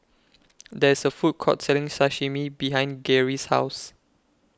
There's A Food Court Selling Sashimi behind Garey's House